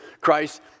Christ